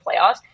playoffs